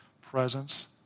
presence